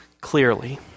clearly